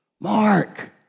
Mark